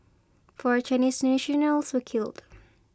four Chinese nationals were killed